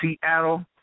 Seattle